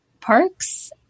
parks